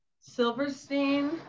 Silverstein